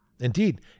Indeed